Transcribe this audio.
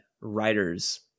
writers